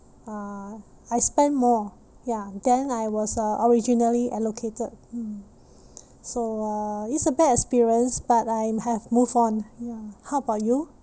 uh I spend more ya than I was uh originally allocated so uh it's a bad experience but I have move on ya how about you